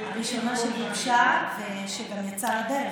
הראשונה שגובשה וגם יצאה לדרך.